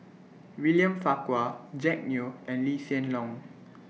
William Farquhar Jack Neo and Lee Hsien Loong